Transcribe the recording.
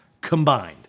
combined